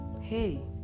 hey